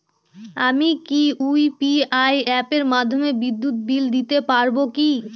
আমি কি ইউ.পি.আই অ্যাপের মাধ্যমে বিদ্যুৎ বিল দিতে পারবো কি?